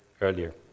earlier